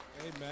Amen